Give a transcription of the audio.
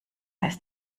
ist